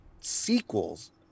sequels